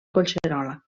collserola